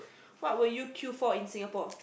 what will you kill for in Singapore